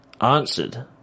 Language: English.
answered